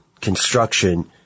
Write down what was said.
construction